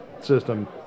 system